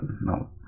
no